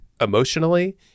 emotionally